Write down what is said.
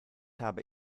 habe